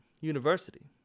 university